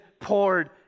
poured